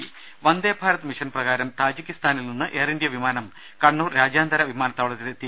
രമേ വന്ദേഭാരത് മിഷൻ പ്രകാരം താജിക്കിസ്ഥാനിൽ നിന്ന് എയർ ഇന്ത്യ വിമാനം കണ്ണൂർ രാജ്യാന്തര വിമാനതാവളത്തിലെത്തി